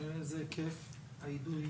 השאלה איזה היקף האידוי?